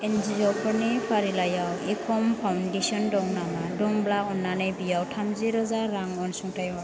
एनजिअफोरनि फारिलाइयाव एकम फाउन्डेसन दं नामा दंब्ला अननानै बेयाव थामजिरोजा रां अनसुंथाइ हर